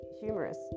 humorous